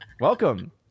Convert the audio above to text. Welcome